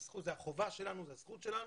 זו החובה שלנו, זו הזכות שלנו,